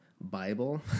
Bible